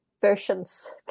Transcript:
Versions